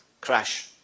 crash